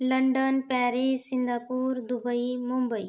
London Paris Singapore Dubai Mumbai